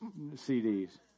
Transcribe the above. CDs